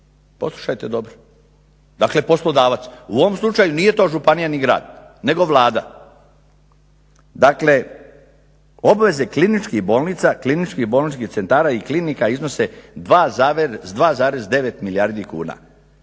poslušajte dobro, dakle poslodavac, u ovom slučaju nije to županija ni grad nego Vlada, dakle obveze kliničkih bolnica, kliničkih bolničkih centara iznose 2,9 milijardi kuna